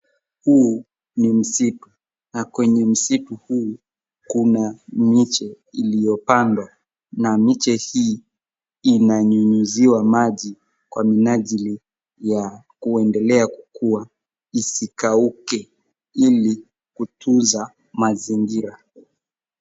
Huu ni msitu na kwenye msitu huu kuna miche iliyopandwa na miche hii inanyunyiziwa maji kwa minajili ya kuendelea kukua isikauke ili kutunza mazingira.